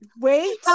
Wait